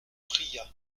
priya